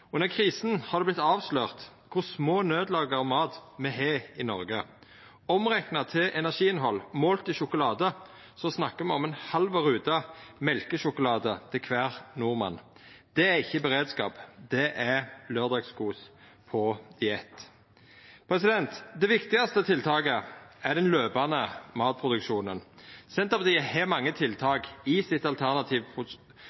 avslørt kor små nødlager av mat me har i Noreg. Omrekna til energiinnhald målt i sjokolade snakkar me om ei halv rute mjølkesjokolade til kvar nordmann. Det er ikkje beredskap. Det er laurdagskos på diett. Det viktigaste tiltaket er den løpande matproduksjonen. Senterpartiet har mange